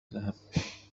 ذهبت